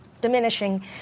diminishing